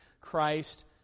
Christ